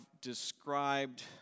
described